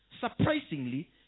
Surprisingly